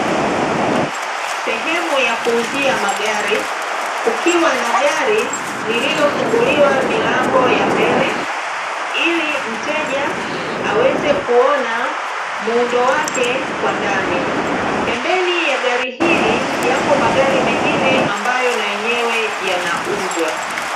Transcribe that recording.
Sehemu ya kuuzia magari kukiwa na gari lilofunguliwa milango ya mbele ili mteja aweze kuona muundo wake kwa ndani. Pembeni ya gari hili yapo magari mengine ambayo na yenyewe yanauzwa.